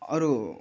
अरू